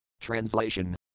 Translation